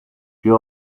più